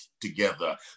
together